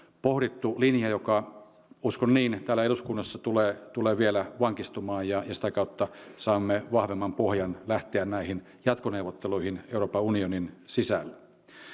pohdittu linja joka uskon niin täällä eduskunnassa tulee vielä vankistumaan ja sitä kautta saamme vahvemman pohjan lähteä näihin jatkoneuvotteluihin euroopan unionin sisällä